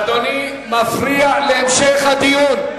אדוני מפריע להמשך הדיון.